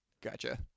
Gotcha